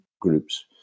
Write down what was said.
groups